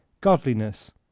godliness